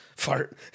Fart